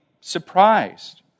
surprised